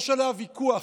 יש עליה ויכוח.